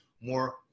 more